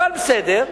אבל בסדר,